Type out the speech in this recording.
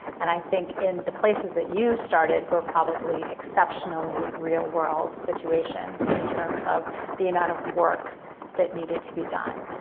and i think in the places that you started were probably exceptionally real world situations in terms of the amount of work that needed to be done.